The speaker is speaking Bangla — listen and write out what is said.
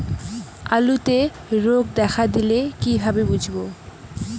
আলুতে রোগ দেখা দিলে কিভাবে বুঝবো?